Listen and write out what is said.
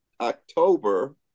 October